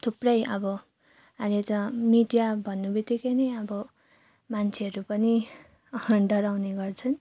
थुप्रै अब अहिले त मिडिया भन्ने बितिकै नै अब मान्छेहरू पनि डराउने गर्छन्